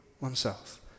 oneself